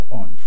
on